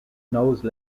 nose